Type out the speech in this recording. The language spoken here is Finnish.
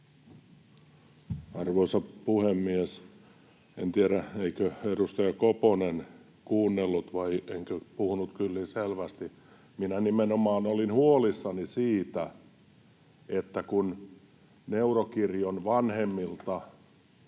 Arvoisa puhemies! En tiedä, eikö edustaja Koponen kuunnellut vai enkö puhunut kyllin selvästi: Minä nimenomaan olin huolissani siitä, että neurokirjon lapsia